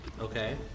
Okay